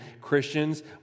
Christians